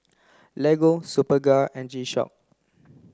Lego Superga and G Shock